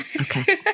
okay